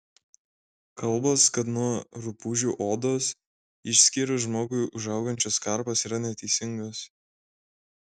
kalbos kad nuo rupūžių odos išskyrų žmogui užaugančios karpos yra neteisingos